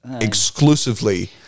exclusively